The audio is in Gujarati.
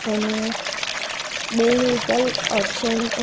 અને બે વ્હીકલ ઓપ્શનો